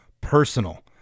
personal